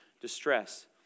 distress